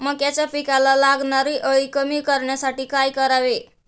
मक्याच्या पिकाला लागणारी अळी कमी करण्यासाठी काय करावे?